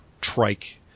trike